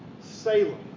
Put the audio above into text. Salem